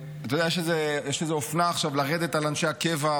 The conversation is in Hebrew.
יש איזה אופנה עכשיו לרדת על אנשי הקבע,